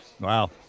Wow